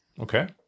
Okay